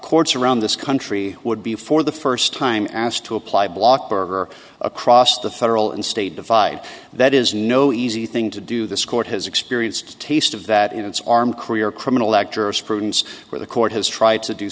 courts around this country would be for the first time asked to apply block berger across the federal and state divide that is no easy thing to do this court has experienced a taste of that in its armed career criminal act jurisprudence where the court has tried to do